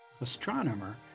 astronomer